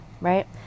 right